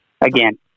Again